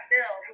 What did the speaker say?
Bill